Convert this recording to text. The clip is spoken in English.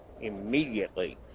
immediately